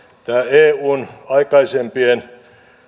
eun aikaisempien